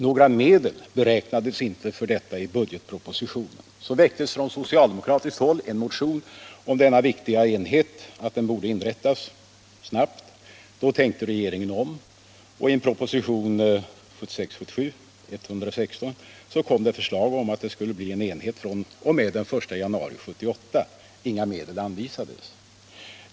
Några medel härför beräknades inte i budgetpropositionen. Så väcktes från socialdemokratiskt håll en motion om att denna viktiga enhet borde inrättas snabbt. Då tänkte regeringen om, och i propositionen 1976/77:116 kom förslag om att en enhet skulle inrättas fr.o.m. den 1 januari 1978. Inga medel anvisades.